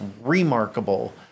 remarkable